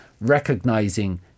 recognizing